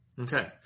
Okay